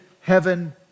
heaven